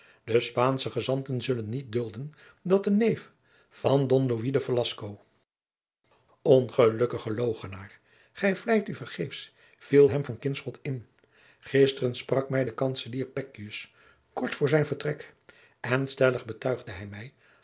de spaansche gezanten zullen niet dulden dat de neef van don louis de velasco ongelukkige logenaar gij vleit u vergeefs viel hem van kinschot in gisteren sprak mij de kantzelier pekkius kort voor zijn vertrek en stellig betuigde hij mij